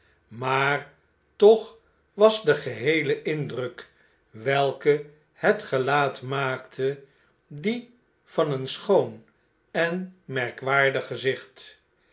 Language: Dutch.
maar toch was de geheele indruk welken het gelaat maakte die van een schoon en merkwaardig gezicht